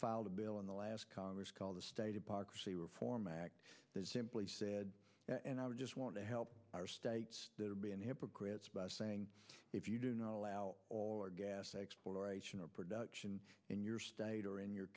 filed a bill in the last congress called the state of the reform act that simply said and i just want to help our states that are being hypocrites by saying if you do not allow or gas exploration or production in your state or in your